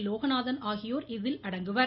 லோகநாதன் ஆகியோர் இதில் அடங்குவர்